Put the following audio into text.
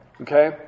Okay